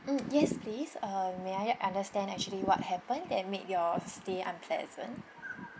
mm yes please uh may I understand actually what happened that made your stay unpleasant